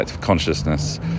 consciousness